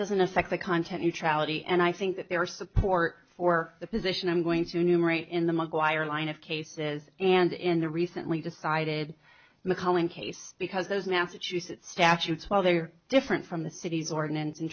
doesn't affect the content neutrality and i think that there are support for the position i'm going to numerate in the mcguire line of cases and in the recently decided mcallen case because those massachusetts statutes while they are different from the city's ordinance in